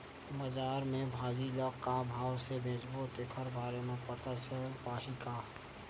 बजार में भाजी ल का भाव से बेचबो तेखर बारे में पता चल पाही का?